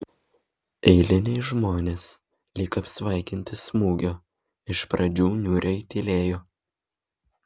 eiliniai žmonės lyg apsvaiginti smūgio iš pradžių niūriai tylėjo